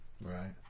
right